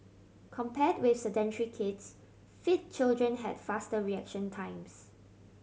compared with sedentary kids fit children had faster reaction times